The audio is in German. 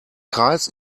kreis